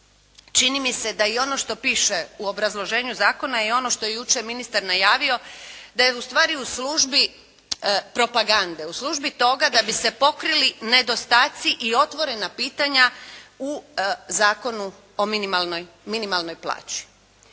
Čini mi se da i ono što piše u obrazloženju zakona je ono što je jučer ministar najavio da je ustvari u službi propagande, u službi toga da bi se pokrili nedostaci i otvorena pitanja u Zakonu o minimalnoj plaći.